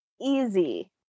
easy